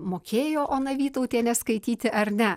mokėjo ona vytautienė skaityti ar ne